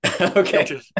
Okay